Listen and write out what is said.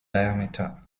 diameter